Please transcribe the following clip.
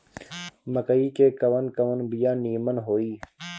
मकई के कवन कवन बिया नीमन होई?